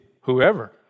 whoever